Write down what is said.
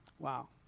Wow